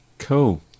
Cool